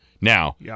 Now